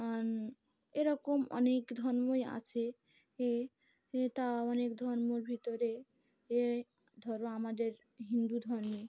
আর এরকম অনেক ধর্মই আছে এ তা অনেক ধর্মর ভিতরে এ ধরো আমাদের হিন্দু ধর্মে